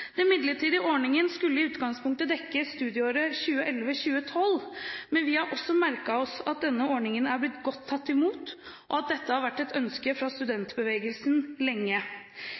Den midlertidige ordningen skulle i utgangspunktet dekke studieåret 2011–2012, men vi har også merket oss at denne ordningen er blitt godt tatt imot, og at dette lenge har vært et ønske fra studentbevegelsen.